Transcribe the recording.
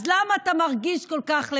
אז למה אתה מרגיש כל כך לבד?